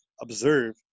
observe